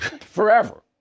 forever